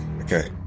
Okay